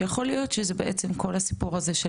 שיכול להיות שזה בעצם כל הסיפור הזה של